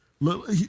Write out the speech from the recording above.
look